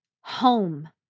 home